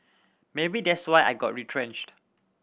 maybe that's why I got retrenched